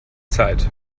zeit